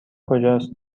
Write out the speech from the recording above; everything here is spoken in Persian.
کجاست